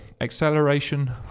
Acceleration